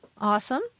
Awesome